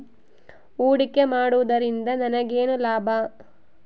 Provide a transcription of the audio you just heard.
ಹೂಡಿಕೆ ಮಾಡುವುದರಿಂದ ನನಗೇನು ಲಾಭ?